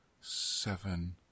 seven